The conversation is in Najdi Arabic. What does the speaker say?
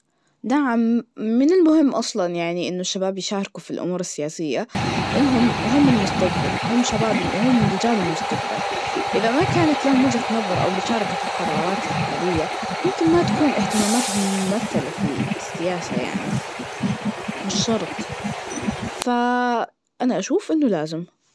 نعم, من المهم أصلاً إنه الشباب يشاركوا في الأمور السياسية, لإنهم هم المستقبل, هم شباب- هم رجال المستقبل, إذا ما كانت لهم وجهة نظر أو مشاركة في القرارات الحالية, يمكن ما تكون إهتماماتهم ممثلة في السياسة يعني, مش شرط, ف أنا أشوف إنه لازم.